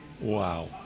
Wow